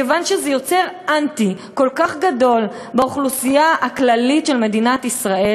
מכיוון שזה יוצר אנטי כל כך גדול באוכלוסייה הכללית של מדינת ישראל,